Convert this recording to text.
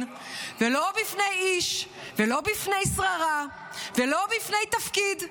ולא בפני איש ולא בפני שררה ולא בפני תפקיד.